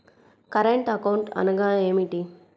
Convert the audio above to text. Current account అనగా ఏమిటి?